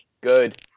Good